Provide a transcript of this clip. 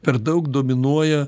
per daug dominuoja